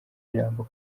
ijambo